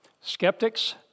skeptics